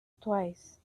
twice